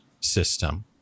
system